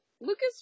Lucas